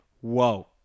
whoa